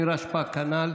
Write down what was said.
נירה שפק, כנ"ל,